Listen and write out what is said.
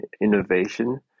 innovation